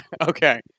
Okay